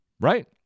right